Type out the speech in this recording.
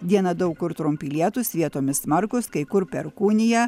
dieną daug kur trumpi lietūs vietomis smarkūs kai kur perkūnija